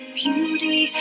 beauty